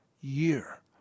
year